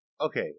okay